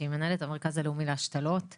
שהיא מנהלת המרכז הלאומי להשתלות,